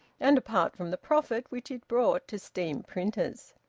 and apart from the profit which it brought to steam-printers.